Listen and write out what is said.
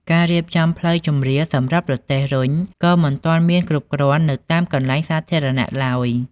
ការរៀបចំផ្លូវជម្រាលសម្រាប់រទេះរុញក៏មិនទាន់មានគ្រប់គ្រាន់នៅតាមកន្លែងសាធារណៈឡើយ។